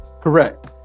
correct